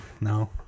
No